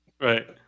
Right